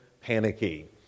panicky